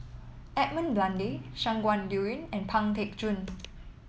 Edmund Blundell Shangguan Liuyun and Pang Teck Joon